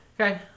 Okay